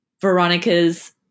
Veronica's